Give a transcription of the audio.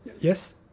Yes